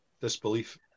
Disbelief